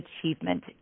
achievement